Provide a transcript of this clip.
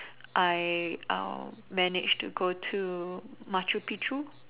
I managed to go to Machu-Picchu